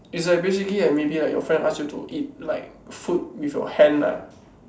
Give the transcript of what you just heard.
is like basically like maybe like your friend ask you to eat like food with your hand ah